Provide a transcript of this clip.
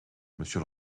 monsieur